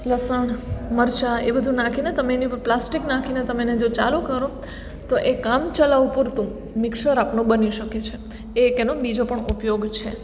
લસણ મરચાં એ બધું નાખીને તમે એની ઉપર પ્લાસ્ટિક નાખીને તમે એને જો ચાલું કરો તો એ કામ ચલાઉ પૂરતું મિક્સર આપનું બની શકે છે એ એક એનો બીજો પણ ઉપયોગ છે